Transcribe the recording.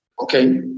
Okay